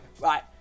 Right